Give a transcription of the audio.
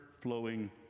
flowing